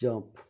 jump